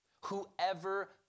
Whoever